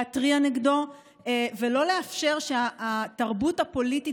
להתריע נגדו ולא לאפשר שהתרבות הפוליטית